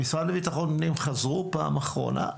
המשרד לביטחון פנים חזרו, פעם אחרונה?